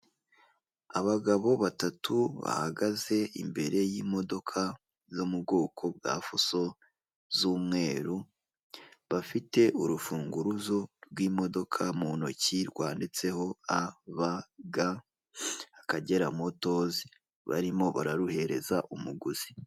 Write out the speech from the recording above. Abagabo batatu bahagaze imbere yimodoka zo mu bwoko bwa fuso z'umweru bafite urufunguruzo rw'imodoka mu ntoki rwanditseho abaga akagera motozi barimo bararuhereza umuguzi.